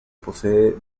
posee